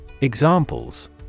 Examples